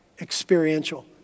experiential